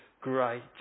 great